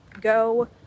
Go